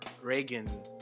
Reagan